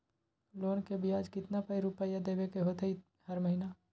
Loan के ब्याज कितना रुपैया देबे के होतइ हर महिना?